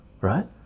right